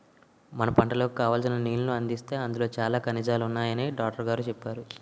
మన పంటలకు కావాల్సిన నీళ్ళను అందిస్తే అందులో చాలా ఖనిజాలున్నాయని డాట్రుగోరు చెప్పేరు